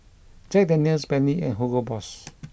Jack Daniel's Bentley and Hugo Boss